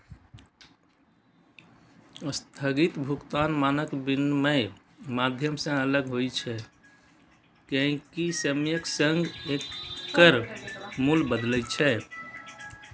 स्थगित भुगतान मानक विनमय माध्यम सं अलग होइ छै, कियैकि समयक संग एकर मूल्य बदलै छै